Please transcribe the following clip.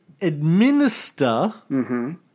administer